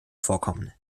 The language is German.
vorkommen